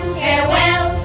farewell